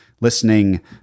listening